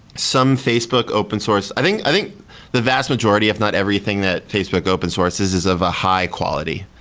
some facebook open source i think i think the vast majority if not everything that facebook open sources is of a high quality.